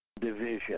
Division